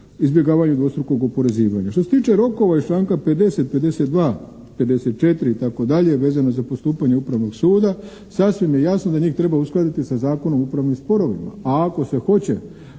izbjegavanju dvostrukog oporezivanja. Što se tiče rokova iz članka 50., 52., 54., itd., vezano za postupanje upravnog suda sasvim je jasno da njih treba uskladiti sa Zakonom o upravnim sporovima. A ako se hoće